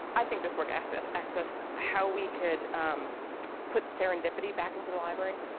i think this work asks us asks us how we could put serendipity back into the library